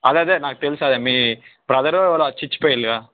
అదదే నాకు తెలుసు అదే మీ బ్రదరో ఎవరో వచ్చి ఇచ్చిపోయినారుగా